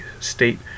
state